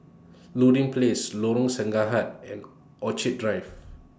Place Lorong and Orchid Drive